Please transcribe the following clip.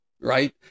right